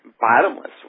bottomless